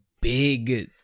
big